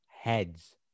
heads